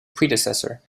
predecessor